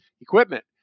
equipment